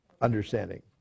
understanding